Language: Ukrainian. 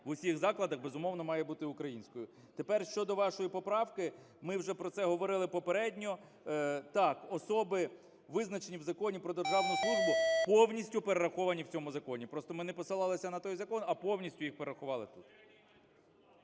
в усіх закладах, безумовно, має бути українською. Тепер щодо вашої поправки. Ми вже про це говорили попередньо. Так, особи, визначені в Законі "Про державну службу", повністю перераховані в цьому законі. Просто ми не посилалися на той закон, а повністю їх перерахували тут.